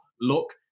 look